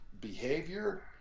behavior